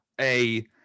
a-